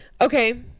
Okay